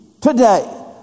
today